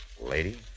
Lady